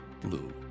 blue